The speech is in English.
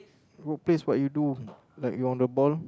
workplace what you do like you on the ball